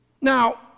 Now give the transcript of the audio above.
Now